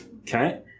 Okay